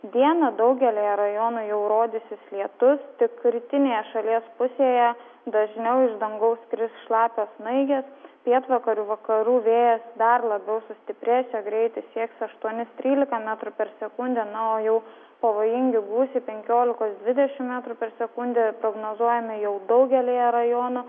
dieną daugelyje rajonų jau rodysis lietus tik rytinėje šalies pusėje dažniau iš dangaus kris šlapios snaigės pietvakarių vakarų vėjas dar labiau sustiprės jo greitis sieks aštuonis trylika metrų per sekundę na o jau pavojingi gūsiai penkiolikos dvidešim metrų per sekundę prognozuojami jau daugelyje rajonų